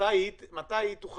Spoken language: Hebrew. כשיצאתי לחל"ת, הבנתי שאני אמורה